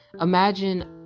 imagine